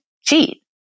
cheat